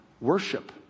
worship